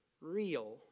real